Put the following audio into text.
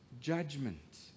judgment